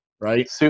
right